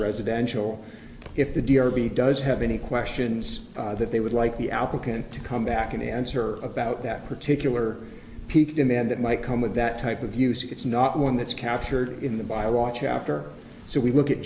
residential if the d o b does have any questions that they would like the applicant to come back and answer about that particular peak demand that might come with that type of use if it's not one that's captured in the by want chapter so we look at